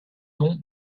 nom